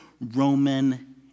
Roman